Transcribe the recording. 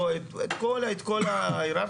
את כל את כל ההיררכיה.